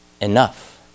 enough